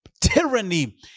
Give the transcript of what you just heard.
tyranny